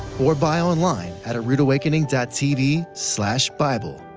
or buy online at aroodawakening tv so bible,